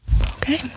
Okay